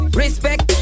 respect